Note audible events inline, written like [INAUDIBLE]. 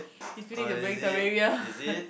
this few days you're playing Terraria [LAUGHS]